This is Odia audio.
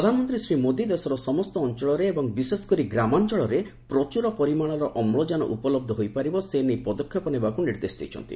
ପ୍ରଧାନମନ୍ତ୍ରୀ ଶ୍ରୀ ମୋଦୀ ଦେଶର ସମସ୍ତ ଅଞ୍ଚଳରେ ଏବଂ ବିଶେଷ କରି ଗ୍ରାମାଞ୍ଚଳରେ ପ୍ରଚୁର ପରିମାଣର ଅମ୍ଳକାନ ଉପଲହ୍ଧ ହୋଇପାରିବ ସେନେଇ ପଦକ୍ଷେପ ନେବାକ୍ ନିର୍ଦ୍ଦେଶ ଦେଇଛନ୍ତି